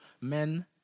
men